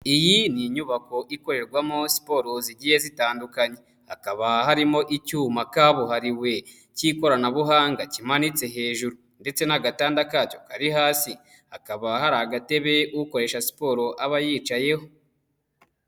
Iyi ni inyubako ikorerwamo siporo zigiye zitandukanye, hakaba harimo icyuma kabuhariwe k'ikoranabuhanga kimanitse hejuru, ndetse n'agatanda kacyo kari hasi, hakaba hari agatebe ukoresha siporo aba yicayeho.